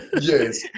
Yes